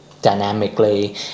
dynamically